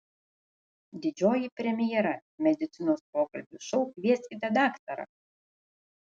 didžioji premjera medicinos pokalbių šou kvieskite daktarą